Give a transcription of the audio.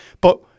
But-